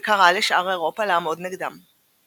וקרא לשאר אירופה לעמוד כנגדם.